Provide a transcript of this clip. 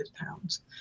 pounds